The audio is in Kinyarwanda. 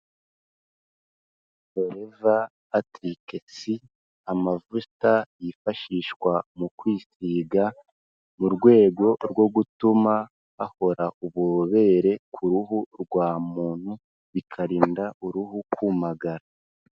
Oleva atiriketsi amavuta yifashishwa mu kwisigaga, mu rwego rwo gutuma akora ububobere ku ruhu rwa muntu, bikarinda uruhu kumagara.